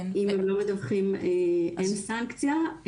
אם הם לא מדווחים אין סנקציה.